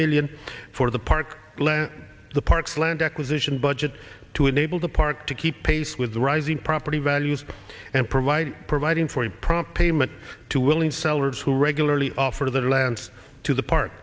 million for the park land the parks land acquisition budget to enable the park to keep pace with the rising property values and provide providing for a prompt payment to willing sellers who regularly offer their lands to the park